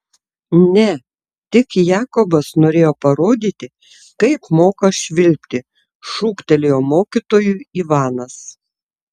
ne tik jakobas norėjo parodyti kaip moka švilpti šūktelėjo mokytojui ivanas